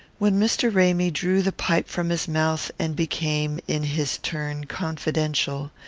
when mr. ramy drew the pipe from his mouth and became, in his turn, confidential,